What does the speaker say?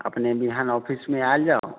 अपने विहान ऑफिसमे आयल जाउ